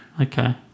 Okay